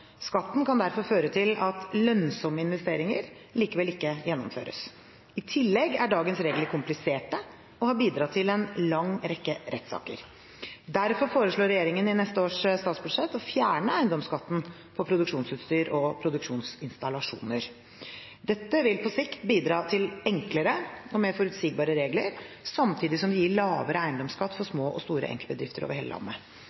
Skatten kan derfor føre til at lønnsomme investeringer likevel ikke gjennomføres. I tillegg er dagens regler kompliserte og har bidratt til en lang rekke rettssaker. Derfor foreslår regjeringen i neste års statsbudsjett å fjerne eiendomsskatten på produksjonsutstyr og produksjonsinstallasjoner. Dette vil på sikt bidra til enklere og mer forutsigbare regler, samtidig som det gir lavere eiendomsskatt for små og store enkeltbedrifter over hele landet.